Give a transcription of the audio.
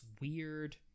weird